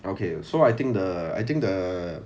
okay so I think the I think the